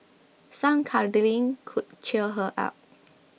some cuddling could cheer her up